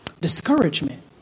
discouragement